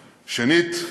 שנית,